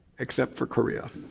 except for korea.